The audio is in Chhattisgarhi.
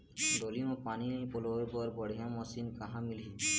डोली म पानी पलोए बर बढ़िया मशीन कहां मिलही?